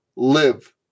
Live